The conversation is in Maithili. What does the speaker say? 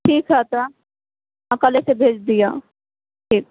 ठीक हए तऽ हँ कलेसँ भेज दिअ ठीक